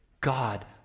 God